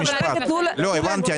לא, הבנתי.